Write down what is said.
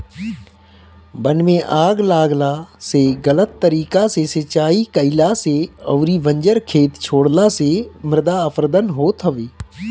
वन में आग लागला से, गलत तरीका से सिंचाई कईला से अउरी बंजर खेत छोड़ला से मृदा अपरदन होत हवे